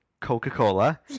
coca-cola